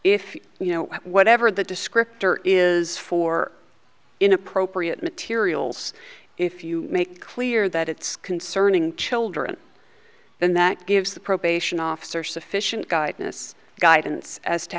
if you know whatever the descriptor is for inappropriate materials if you make clear that it's concerning children then that gives the probation officer sufficient guid